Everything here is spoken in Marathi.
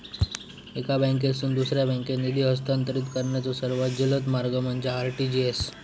एका बँकेतून दुसऱ्या बँकेत निधी हस्तांतरित करण्याचो सर्वात जलद मार्ग म्हणजे आर.टी.जी.एस